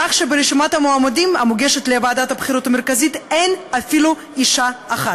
כך שברשימת המועמדים המוגשת לוועדת הבחירות המרכזית אין אפילו אישה אחת.